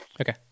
Okay